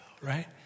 right